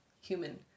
human